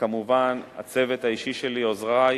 וכמובן הצוות האישי שלי, עוזרי: